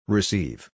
Receive